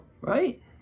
right